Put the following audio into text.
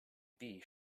bee